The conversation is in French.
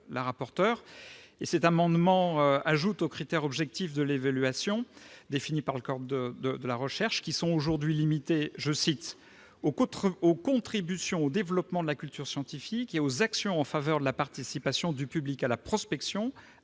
en commission a conduit à ajouter aux critères objectifs de l'évaluation définis par le code de la recherche, aujourd'hui limités aux « contributions au développement de la culture scientifique et aux actions en faveur de la participation du public à la prospection,